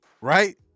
right